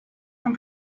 from